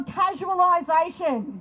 casualisation